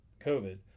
COVID